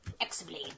X-Blade